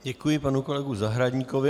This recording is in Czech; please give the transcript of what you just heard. Děkuji panu kolegovi Zahradníkovi.